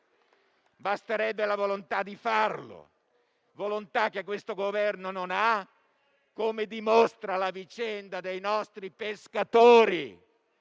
Basterebbe la volontà di farlo, volontà che il Governo non ha, come dimostra la vicenda dei nostri pescatori,